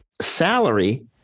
Salary